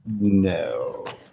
No